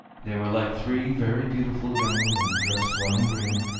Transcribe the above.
they were like three very beautiful young women, dressed one in green,